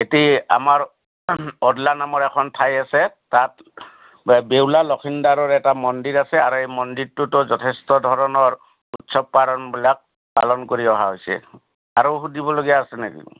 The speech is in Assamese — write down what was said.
এটি আমাৰ অদলা নামৰ এখন ঠাই আছে তাত বেউলা লখিনদাৰৰ এটা মন্দিৰ আছে আৰু এই মন্দিৰটোতো যথেষ্ট ধৰণৰ উৎসৱ পাৰ্বণবিলাক পালন কৰি অহা হৈছে আৰু সুধিবলগীয়া আছে নেকি